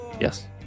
Yes